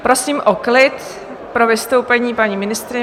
Prosím o klid pro vystoupení paní ministryně.